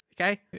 Okay